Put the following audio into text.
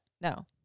No